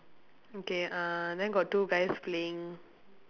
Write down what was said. okay uh then got two guys playing